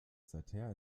seither